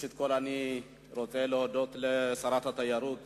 ראשית, אני רוצה להודות לשרת התיירות